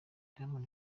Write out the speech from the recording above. diamond